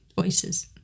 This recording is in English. voices